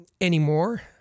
anymore